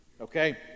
okay